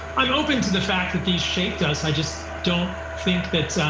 i'm open to the fact that these shaped us. i just don't think that.